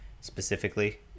specifically